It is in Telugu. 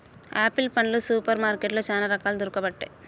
ఆపిల్ పండ్లు సూపర్ మార్కెట్లో చానా రకాలు దొరుకబట్టె